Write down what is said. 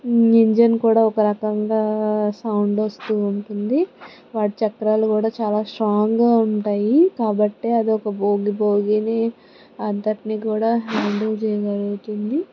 engine కూడా ఒక రకంగా సౌండ్ వస్తూ ఉంటుంది వాటి చక్రాలు కూడా చాలా స్ట్రాంగ్గా ఉంటాయి కాబట్టే అదొక బోగి బోగిని అంతటిని కూడా హ్యాండిల్ చేయగలుగుతుంది